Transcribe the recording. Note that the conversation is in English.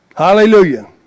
Hallelujah